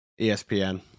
ESPN